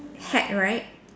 hat right